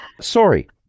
Sorry